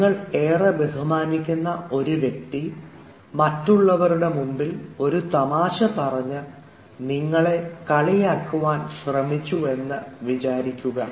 നിങ്ങൾ ഏറെ ബഹുമാനിക്കുന്ന ഒരു വ്യക്തി മറ്റുള്ളവരുടെ മുൻപിൽ ഒരു തമാശ പറഞ്ഞു നിങ്ങളെ കളിയാക്കുവാൻ ശ്രമിച്ചു എന്ന് വിചാരിക്കുക